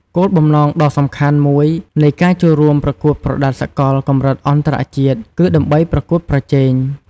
គោលបំណងដ៏សំខាន់មួយនៃការចូលរួមប្រកួតប្រដាល់សកលកម្រិតអន្តរជាតិ គឺដើម្បីប្រកួតប្រជែង។